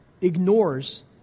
ignores